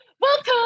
welcome